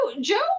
Joe